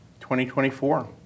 2024